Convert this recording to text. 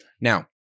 Now